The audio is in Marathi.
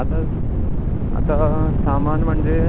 आता आता सामान म्हणजे